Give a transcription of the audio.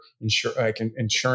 insurance